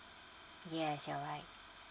yes you're right